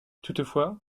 toutefois